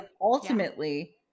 ultimately